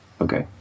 Okay